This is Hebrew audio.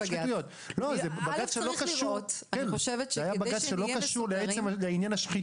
השחיתויות זה בג"ץ שלא קשור לעניין השחיתות.